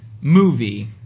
movie